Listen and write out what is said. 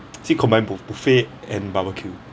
see combined buff~ buffet and barbecue